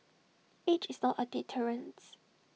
age is not A deterrence